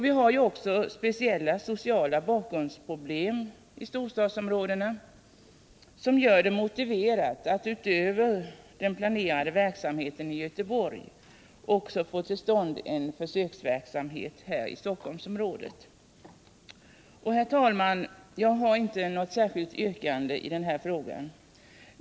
Vi har också speciella sociala bakgrundsproblem i storstadsområdena, som gör det motiverat att utöver den planerade verksamheten i Göteborg få till stånd en försöksverksamhet i Stockholmsområdet. Herr talman! Jag har icke något särskilt yrkande i den här frågan.